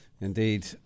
indeed